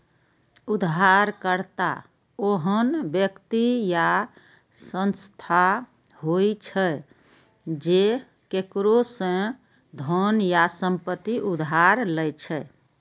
उधारकर्ता ओहन व्यक्ति या संस्था होइ छै, जे केकरो सं धन या संपत्ति उधार लै छै